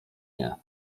nie